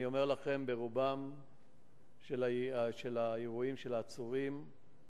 אני אומר לכם, ברובם של האירועים, של העצורים,